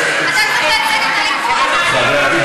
אתה צריך להגן עלינו בוועדה,